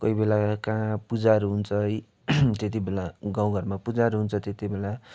कोही बेला कहाँ पूजाहरू हुन्छ है त्यति बेला गाउँ घरमा पूजाहरू हुन्छ त्यति बेला